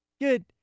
Good